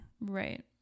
right